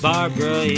Barbara